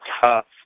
tough